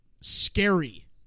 scary